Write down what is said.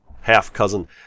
half-cousin